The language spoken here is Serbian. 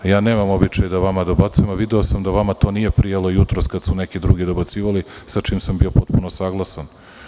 Nemam običaj da vama dobacujem i video sam da vama to nije prijalo jutros kada su neki drugi dobacivali sa čime sam bio potpuno saglasan.